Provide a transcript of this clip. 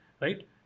Right